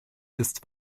ist